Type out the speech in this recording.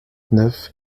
neuf